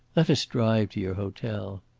let us drive to your hotel.